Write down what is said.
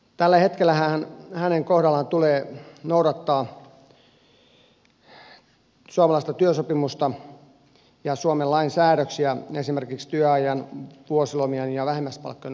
tällä hetkellähän hänen kohdallaan tulee noudattaa suomalaista työsopimusta ja suomen lain säädöksiä esimerkiksi työajan vuosilomien ja vähimmäispalkkojen osalta